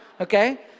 Okay